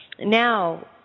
Now